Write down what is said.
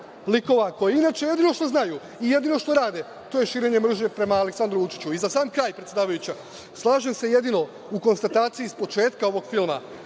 likova koji inače jedino što znaju i jedino što rade to je širenje mržnje prema Aleksandru Vučiću.Za sam kraj, predsedavajuća, slažem se jedino u konstataciji s početka ovog filma